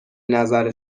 نظر